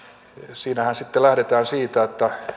siinähän sitten lähdetään siitä että